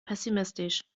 pessimistisch